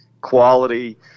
quality